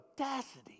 audacity